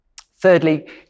Thirdly